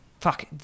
fuck